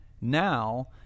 now